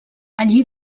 allí